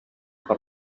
per